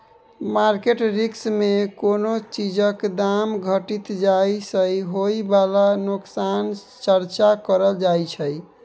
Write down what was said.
market risk मे कोनो चीजक दाम घटि जाइ सँ होइ बला नोकसानक चर्चा करल जाइ छै